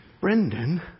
Brendan